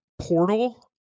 Portal